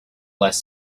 less